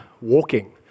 walking